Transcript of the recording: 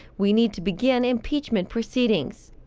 we need to begin impeachment proceedings.